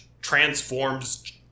transforms